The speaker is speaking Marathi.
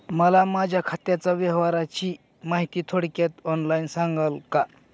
मला माझ्या खात्याच्या व्यवहाराची माहिती थोडक्यात ऑनलाईन सांगाल का?